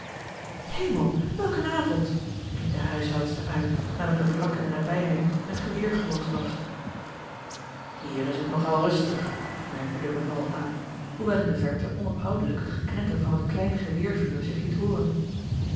hemel welk een avond riep de huishoudster uit nadat er vlak in de nabijheid een geweer gelost was hier is het nog al rustig merkte de beval aan hoewel in de george een ongeluksvogel verte onophoudelijk het geknetter van het klein geweervuur zich liet hooren